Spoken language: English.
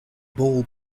ball